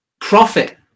profit